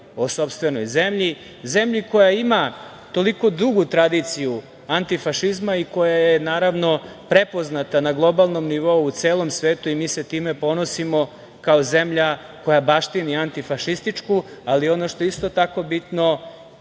o sopstvenoj zemlji, zemlji koja ima toliko dugu tradiciju anti-fašizma i koja je, naravno, prepoznata na globalnom nivou u celom svetu. Mi se time ponosimo kao zemlja koja baštini anti-fašističku, ali ono što je isto bitno,